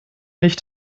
nicht